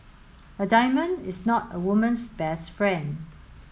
a diamond is not a woman's best friend